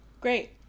Great